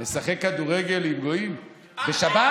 לשחק כדורגל עם גויים, בשבת?